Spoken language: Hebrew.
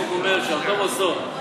החוק אומר שאותו מסוע,